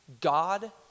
God